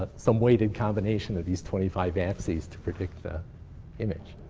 ah some weighted combination of these twenty five axes to predict the image.